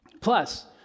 Plus